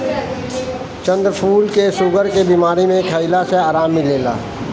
चक्रफूल के शुगर के बीमारी में खइला से आराम मिलेला